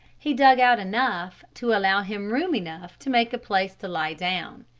he dug out enough to allow him room enough to make a place to lie down.